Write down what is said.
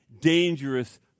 dangerous